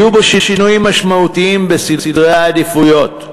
יהיו בו שינויים משמעותיים בסדרי העדיפויות,